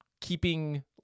keeping